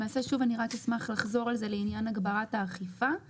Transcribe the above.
אני רק אשמח לחזור על זה לעניין הגברת האכיפה.